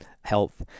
health